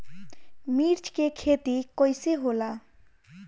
मिर्च के खेती कईसे होला?